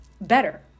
better